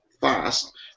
fast